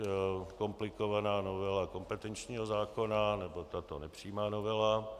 Buď komplikovaná novela kompetenčního zákona, nebo tato nepřímá novela.